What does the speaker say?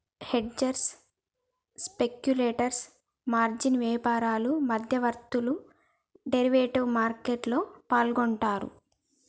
hedgers, speculators, margin వ్యాపారులు, మధ్యవర్తులు derivative మార్కెట్లో పాల్గొంటరు